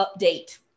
update